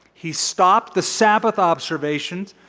he stopped the sabbath observations.